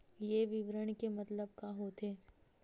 ये विवरण के मतलब का होथे?